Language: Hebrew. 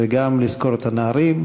וגם לזכור את הנערים.